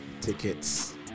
tickets